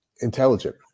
intelligent